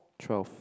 twelve